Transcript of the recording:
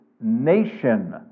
nation